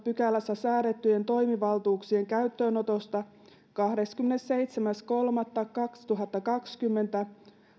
pykälässä säädettyjen toimivaltuuksien käyttöönotosta kahdeskymmenesseitsemäs kolmatta kaksituhattakaksikymmentä